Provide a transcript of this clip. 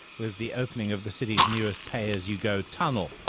with the opening of the city's newest pay-as-you-go tunnel.